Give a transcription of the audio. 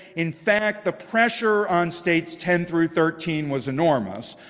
in fact the pressure on states ten through thirteen was enormous.